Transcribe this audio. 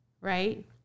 right